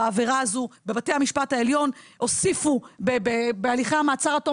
בעבירה הזו בבתי המשפט העליון הוסיפו בהליכי המעצר עד תום